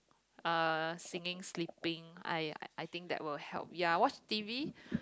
uh singing sleeping I I think that will help ya watch T_V